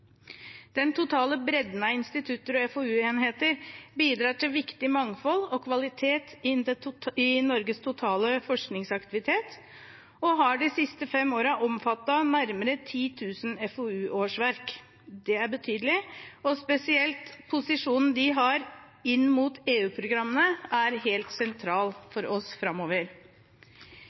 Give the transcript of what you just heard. Den totale bredden av institutter og FoU-enheter bidrar til viktig mangfold og kvalitet i Norges totale forskningsaktivitet og har de siste fem årene omfattet nærmere 10 000 FoU-årsverk. Det er betydelig, og spesielt posisjonen de har inn mot EU-programmene, er helt sentral for oss framover.